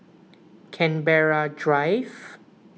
Canberra Drive